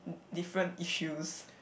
different issues